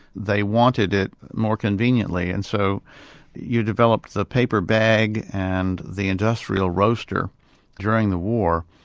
they wanted it more conveniently, and so you developed the paper bag and the industrial roaster during the war,